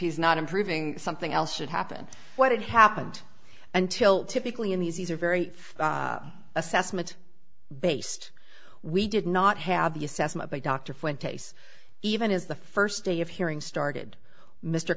he's not improving something else should happen what had happened until typically in these these are very assessment based we did not have the assessment by dr fuentes even as the first day of hearing started mr